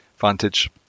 Vantage